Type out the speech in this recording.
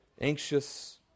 anxious